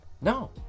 No